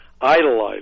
idolized